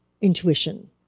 intuition